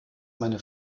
meine